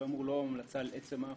כאמור לא המלצה על עצם ההפחתה.